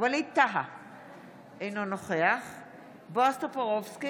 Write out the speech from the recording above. ובאמת זה יצר מחשבה